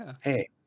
hey